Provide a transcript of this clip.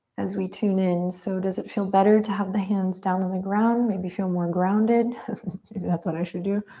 as we tune in. so does it feel better to have the hands down on the ground, maybe feel more grounded? maybe that's what i should do.